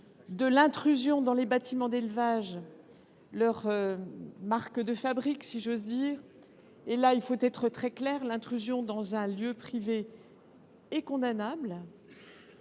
de l’intrusion dans les bâtiments d’élevage leur marque de fabrique. Il faut être très clair : l’intrusion dans un lieu privé est condamnable.